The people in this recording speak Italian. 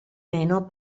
meno